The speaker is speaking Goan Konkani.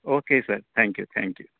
okay sir thank you thank you